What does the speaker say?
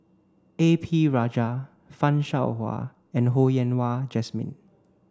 A P Rajah Fan Shao Hua and Ho Yen Wah Jesmine